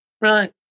Right